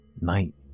Night